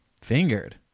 Fingered